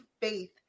faith